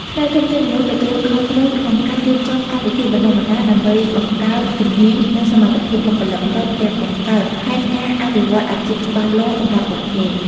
ផ្នែកធនធានមនុស្សទទួលខុសត្រូវក្នុងការរៀបចំកម្មវិធីបណ្តុះបណ្តាល ដើម្បីបង្កើនជំនាញ និងសមត្ថភាពបុគ្គលិក ព្រមទាំងបង្កើតផែនការអភិវឌ្ឍអាជីពច្បាស់លាស់សម្រាប់ពួកគេ។